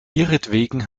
ihretwegen